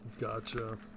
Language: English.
Gotcha